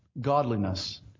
godliness